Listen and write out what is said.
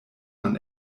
man